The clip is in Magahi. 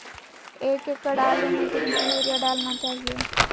एक एकड़ आलु में कितना युरिया डालना चाहिए?